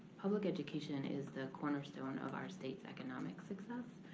public education is the cornerstone of our state's economic success.